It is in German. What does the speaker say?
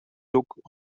duck